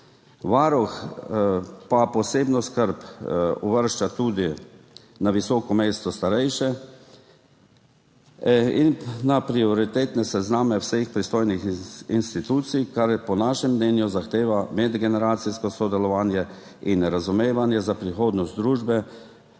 Varuh pa posebno skrb [namenja] in uvršča na visoko mesto na prioritetne sezname vseh pristojnih institucij starejše. Po našem mnenju to zahteva medgeneracijsko sodelovanje in razumevanje za prihodnost družbe,